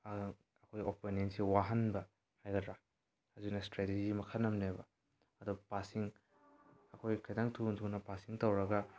ꯑꯩꯈꯣꯏ ꯑꯣꯞꯄꯣꯅꯦꯟꯁꯦ ꯋꯥꯍꯟꯕ ꯍꯥꯏꯒꯗ꯭ꯔ ꯑꯗꯨꯅ ꯏꯁꯇ꯭ꯔꯦꯇꯤꯖꯤ ꯃꯈꯜ ꯑꯃꯅꯦꯕ ꯑꯗꯣ ꯄꯥꯁꯁꯤꯡ ꯑꯩꯈꯣꯏ ꯈꯤꯇꯪ ꯊꯨꯅ ꯊꯨꯅ ꯄꯥꯁꯁꯤꯡ ꯇꯧꯔꯒ